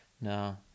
no